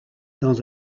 dans